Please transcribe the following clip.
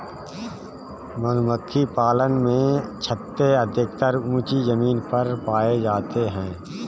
मधुमक्खी पालन में छत्ते अधिकतर ऊँची जमीन पर पाए जाते हैं